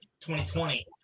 2020